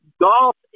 golf